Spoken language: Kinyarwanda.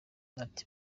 ati